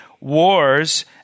wars